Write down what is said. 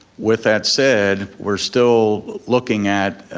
with that said, we're still looking at